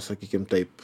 sakykim taip